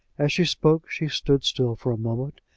as she spoke she stood still for a moment,